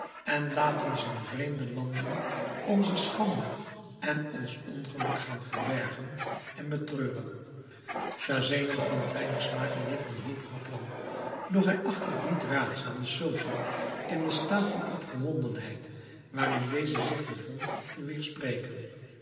en laat ons in vreemde landen onze schande en ons ongeluk gaan verbergen en betreuren schahzenan vond weinig smaak in dit wanhopige plan doch hij achtte het niet raadzaam den sultan in den staat van opgewondenheid waarin deze zich bevond